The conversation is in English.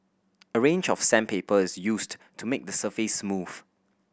a range of sandpaper is used to make the surface smooth